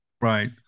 Right